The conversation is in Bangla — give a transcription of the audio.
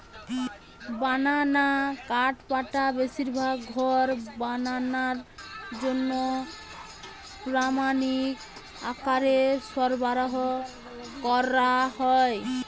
বানানা কাঠপাটা বেশিরভাগ ঘর বানানার জন্যে প্রামাণিক আকারে সরবরাহ কোরা হয়